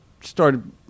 started